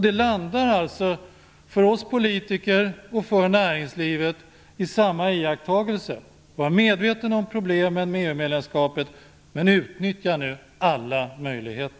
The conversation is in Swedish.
Då landar vi politiker och näringslivet på samma iakttagelse, nämligen att man skall vara medveten om problemen som EU medlemskapet innebär men att man nu skall utnyttja alla möjligheter.